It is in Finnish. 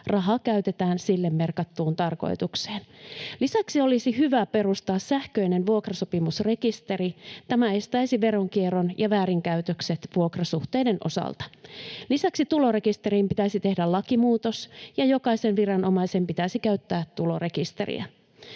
rahaa käytetään sille merkattuun tarkoitukseen. Lisäksi olisi hyvä perustaa sähköinen vuokrasopimusrekisteri. Tämä estäisi veronkierron ja väärinkäytökset vuokrasuhteiden osalta. Lisäksi tulorekisteriin pitäisi tehdä lakimuutos ja jokaisen viranomaisen pitäisi käyttää tulorekisteriä.